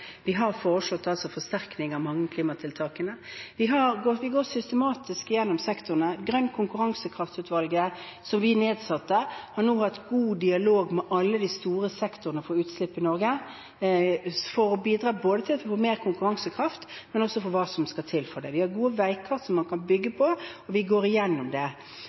Vi har foreslått forsterkning av mange av klimatiltakene. Vi går systematisk igjennom sektorene. Grønn konkurransekraft-utvalget, som vi nedsatte, har nå hatt god dialog med alle de store sektorene om utslipp i Norge for å bidra til å få mer konkurransekraft, men også hva som skal til. Vi har gode veikart som man kan bygge på, og vi går igjennom det.